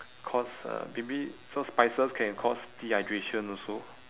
cause uh maybe so spices can cause dehydration also